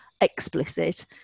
explicit